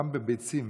גם בביצים,